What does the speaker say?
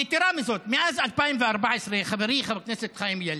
יתרה מזאת, מאז 2014, חברי חבר הכנסת חיים ילין,